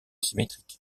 symétrique